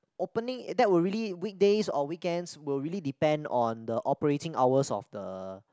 opening that would really weekdays or weekends will really depend on the operating hours of the